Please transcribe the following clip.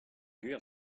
gwir